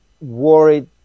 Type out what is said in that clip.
worried